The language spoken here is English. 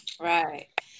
Right